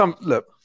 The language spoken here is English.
Look